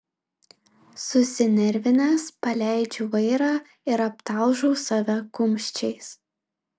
susinervinęs paleidžiu vairą ir aptalžau save kumščiais